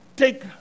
Take